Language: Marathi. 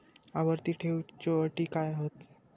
आवर्ती ठेव च्यो अटी काय हत?